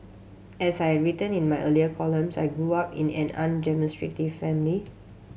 as I written in my earlier columns I grew up in an undemonstrative family